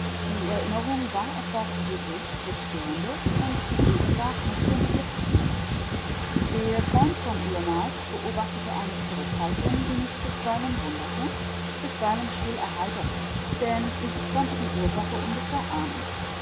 die erinnerung war etwas für sich bestehendes und die gegenwart mußte mit ihr paktieren der freund von ehemals beobachtete eine zurückhaltung die mich bisweilen wunderte bisweilen still erheiterte denn ich konnte die ursache ungefähr ahnen